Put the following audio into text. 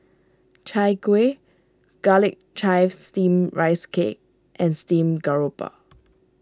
Chai Kueh Garlic Chives Steamed Rice Cake and Steamed Garoupa